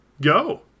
go